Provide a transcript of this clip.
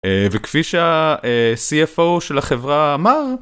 וכפי שהcfo של החברה אמר.